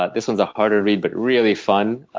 ah this one's a harder read but really fun,